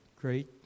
Great